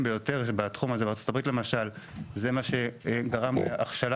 ביותר בתחום הזה בארצות הברית למשל זה מה שגרם להכשלה